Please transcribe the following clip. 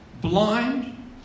blind